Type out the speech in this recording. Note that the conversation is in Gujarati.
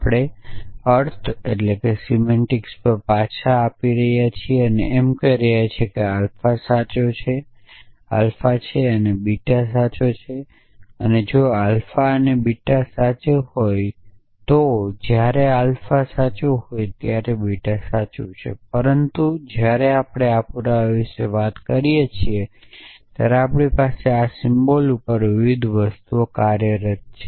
આપણે અર્થ પાછા આપી રહ્યા છીએ અને એમ કહીએ છીએ કે આલ્ફા સાચું છે અને બીટા સાચું છે જો આલ્ફા સાચા હોય અને બીટા સાચું હોય પરંતુ જ્યારે આપણે પુરાવા વિશે વાત કરીએ છીએ ત્યારે આપણી પાસે આ સિમ્બોલ ઉપર વિવિધ વસ્તુઓ કાર્યરત છે